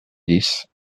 dix